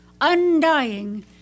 undying